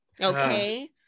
Okay